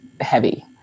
heavy